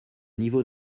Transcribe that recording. niveau